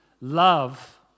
love